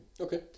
okay